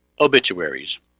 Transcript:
obituaries